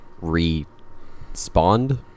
re-spawned